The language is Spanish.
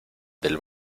del